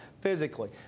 physically